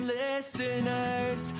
listeners